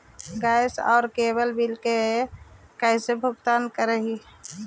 Gas और cable bill के कैसे भुगतान करी?